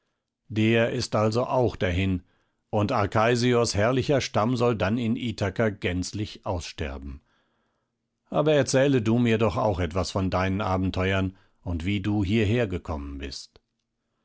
der ist also auch dahin und arkeisios herrlicher stamm soll dann in ithaka gänzlich aussterben aber erzähle du mir doch auch etwas von deinen abenteuern und wie du hierher gekommen bist